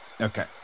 Okay